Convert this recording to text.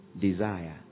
desire